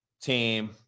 team